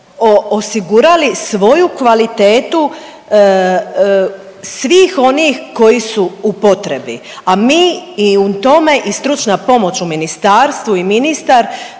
osigurali svoju kvalitetu svih onih koji su u potrebi, a mi i u tome i stručna pomoć u ministarstvu i ministar